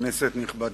כנסת נכבדה,